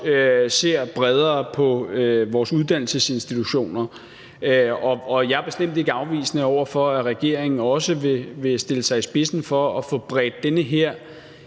ser bredere på vores uddannelsesinstitutioner. Og jeg er bestemt ikke afvisende over for, at regeringen også vil stille sig i spidsen for at få bredt den her